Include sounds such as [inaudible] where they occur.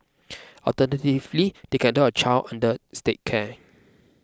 [noise] alternatively they can adopt a child under State care